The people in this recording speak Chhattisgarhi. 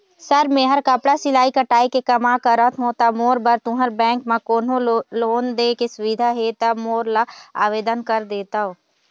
सर मेहर कपड़ा सिलाई कटाई के कमा करत हों ता मोर बर तुंहर बैंक म कोन्हों लोन दे के सुविधा हे ता मोर ला आवेदन कर देतव?